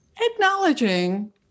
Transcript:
acknowledging